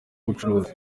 ubucuruzi